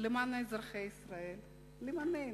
למען אזרחי ישראל, למעננו.